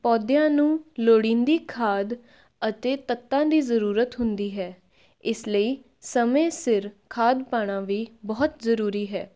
ਪੌਦਿਆਂ ਨੂੰ ਲੋੜੀਂਦੀ ਖਾਦ ਅਤੇ ਤੱਤਾਂ ਦੀ ਜ਼ਰੂਰਤ ਹੁੰਦੀ ਹੈ ਇਸ ਲਈ ਸਮੇਂ ਸਿਰ ਖਾਦ ਪਾਉਣਾ ਵੀ ਬਹੁਤ ਜ਼ਰੂਰੀ ਹੈ